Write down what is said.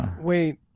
wait